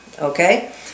Okay